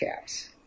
caps